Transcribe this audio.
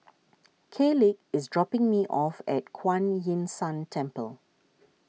Kaleigh is dropping me off at Kuan Yin San Temple